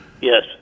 Yes